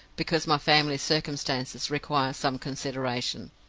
because my family circumstances require some consideration,